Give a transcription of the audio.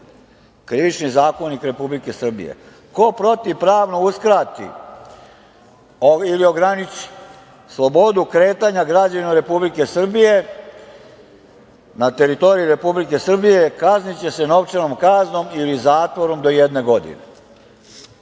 Krivični zakonik Republike Srbije - ko protivpravno uskrati ili ograniči slobodu kretanja građanima Republike Srbije na teritoriji Republike Srbije kazniće se novčanom kaznom ili zatvorom do jedne godine.